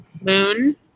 moon